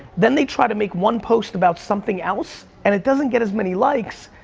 then they try to make one post about something else and it doesn't get as many likes,